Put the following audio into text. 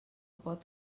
pot